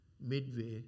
midway